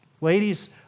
Ladies